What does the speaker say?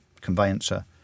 conveyancer